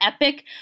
epic